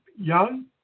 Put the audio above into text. Young